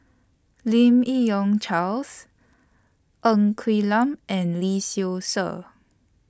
Lim Yi Yong Charles Ng Quee Lam and Lee Seow Ser